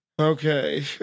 Okay